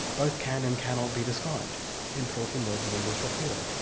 both can and cannot be described in fourteen words of english or fewer.